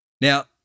Now